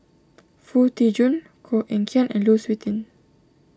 Foo Tee Jun Koh Eng Kian and Lu Suitin